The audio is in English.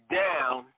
down